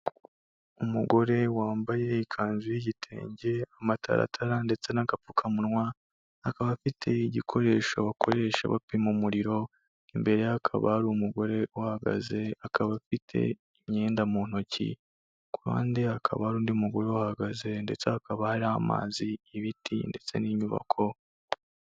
Umugore wambaye ikanzu y'igitenge, amataratara ndetse n'agapfukamunwa, akaba afite igikoresho bakoresha bapima umuriro, imbere ye hakaba hari umugore uhahagaze, akaba afite imyenda mu ntoki, ku ruhande hakaba hari undi mugore uhahagaze ndetse hakaba hari amazi, ibiti ndetse n'inyubako.